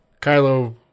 Kylo